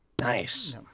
Nice